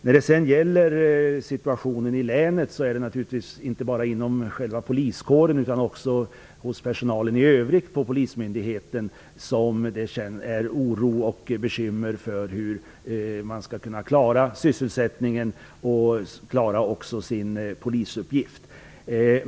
När det sedan gäller situationen i länet är det naturligtvis inte bara själva poliskåren utan också personalen i övrigt vid polismyndigheten som känner oro och är bekymrade över hur man skall kunna klara sysselsättningen och sin polisuppgift.